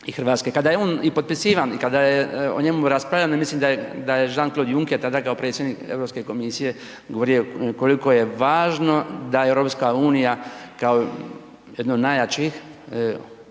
Kada je on i potpisivan i kada je o njemu raspravljano mislim da je Jean Claude Juncker tada kao predsjednik Europske komisije govorio koliko je važno da EU kao jedna od najjačih,